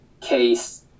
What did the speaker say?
case